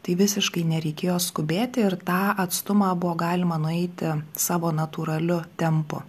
tai visiškai nereikėjo skubėti ir tą atstumą buvo galima nueiti savo natūraliu tempu